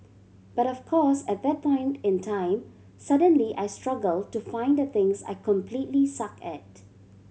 but of course at that point in time suddenly I struggle to find the things I completely suck at